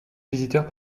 visiteurs